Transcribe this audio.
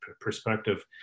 perspective